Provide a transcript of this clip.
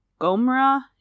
Gomra